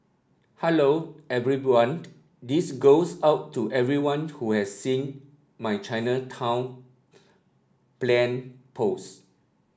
hello everyone This goes out to everyone who has seen my Chinatown plane post